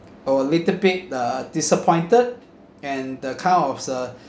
a little bit uh disappointed and the kind of uh